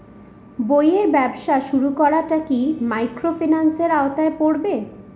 বইয়ের ব্যবসা শুরু করাটা কি মাইক্রোফিন্যান্সের আওতায় পড়বে?